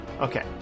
okay